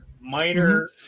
minor